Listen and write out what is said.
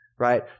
right